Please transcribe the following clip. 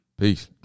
peace